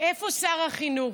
איפה שר החינוך?